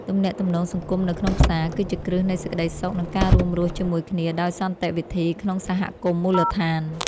ទំនាក់ទំនងសង្គមនៅក្នុងផ្សារ គឺជាគ្រឹះនៃសន្តិសុខនិងការរួមរស់ជាមួយគ្នាដោយសន្តិវិធីក្នុងសហគមន៍មូលដ្ឋាន។